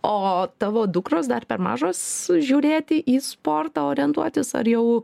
o tavo dukros dar per mažos žiūrėti į sportą orientuotis ar jau